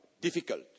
difficult